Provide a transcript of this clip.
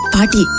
Party